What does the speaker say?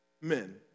Men